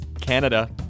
Canada